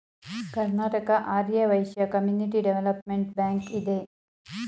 Karnataka Arya Vysya community development bank ಇದೆ